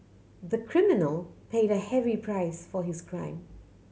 the criminal paid a heavy price for his crime